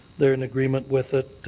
they're in agreement with it,